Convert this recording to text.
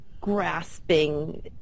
grasping